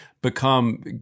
become